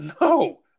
No